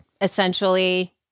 essentially